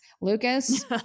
Lucas